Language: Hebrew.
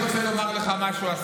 אני אגיד לך ממה.